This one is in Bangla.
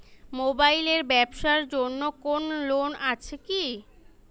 মোবাইল এর ব্যাবসার জন্য কোন লোন আছে কি?